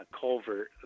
culvert